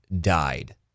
died